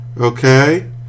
okay